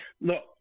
look